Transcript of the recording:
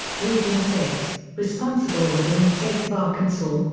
region six responsible within the states of arkansas,